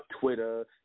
Twitter